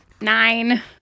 Nine